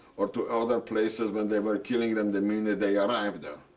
or to other places when they were killing them the minute they arrived there.